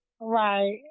Right